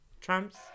Trumps